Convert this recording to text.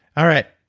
all right,